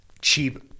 cheap –